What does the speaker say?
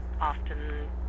often